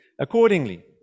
accordingly